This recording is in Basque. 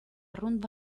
arrunt